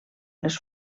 les